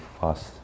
fast